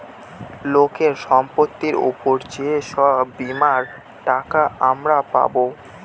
লোকের সম্পত্তির উপর যে সব বীমার টাকা আমরা পাবো